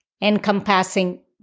encompassing